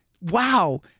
Wow